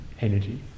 energy